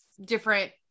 different